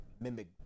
mimic